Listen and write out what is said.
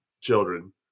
children